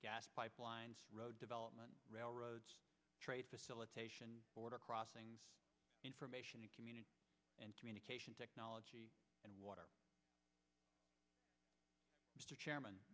gas pipelines road development railroads trade facilitation border crossings information and community and communication technology and water mr chairman